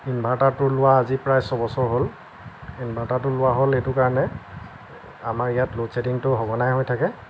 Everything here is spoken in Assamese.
ইনভাৰ্টাৰটো লোৱা আজি প্ৰায় ছবছৰ হ'ল ইনভাৰ্টাৰটো লোৱা হ'ল এইটো কাৰণে আমাৰ ইয়াত ল'ড ছেডিংটো সঘনাই হৈ থাকে